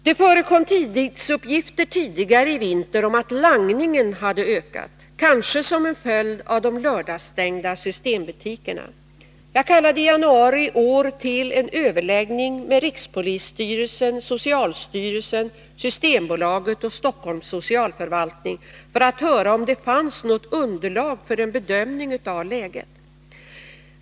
Det förekom tidigare i vinter tidningsuppgifter om att langningen hade ökat, kanske som en följd av de lördagsstängda systembutikerna. Jag kallade i januari i år till en överläggning med rikspolisstyrelsen, socialstyrelsen, Systembolaget och Stockholms socialförvaltning för att höra om det fanns något underlag för en bedömning av läget.